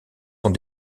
sont